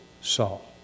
Saul